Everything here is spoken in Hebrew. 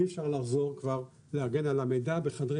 אי אפשר לחזור כבר להגן על המידע בחדרי